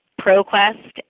ProQuest